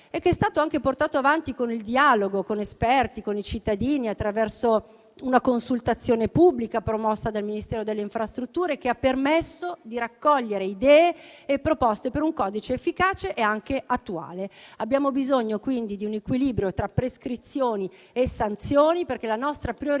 è stato anche portato avanti attraverso il dialogo con esperti, con i cittadini, attraverso una consultazione pubblica promossa dal Ministero delle infrastrutture, che ha permesso di raccogliere idee e proposte per un codice efficace e anche attuale. Abbiamo bisogno quindi di un equilibrio tra prescrizioni e sanzioni, perché la nostra priorità